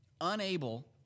unable